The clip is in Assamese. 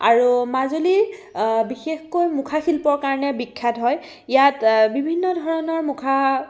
আৰু মাজুলীৰ বিশেষকৈ মুখা শিল্পৰ কাৰণে বিখ্যাত হয় ইয়াত বিভিন্ন ধৰণৰ মুখা